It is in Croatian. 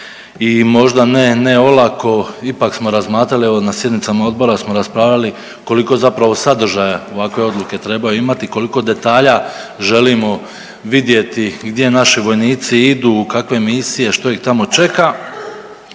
i možda ne olako, ipak smo razmatrali evo na sjednicama odbora smo raspravljali koliko je zapravo sadržaja ovakve odluke trebaju imati, koliko detalja želimo vidjeti gdje naši vojnici idu, u kakve misije, što ih tamo čeka.